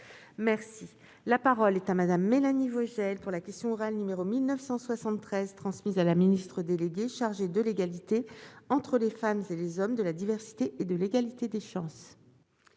merci, la parole est à Madame, Mélanie Vogel pour la question orale numéro 1973 transmise à la ministre déléguée chargée de l'égalité entre les femmes et les hommes de la diversité et de l'égalité des chances.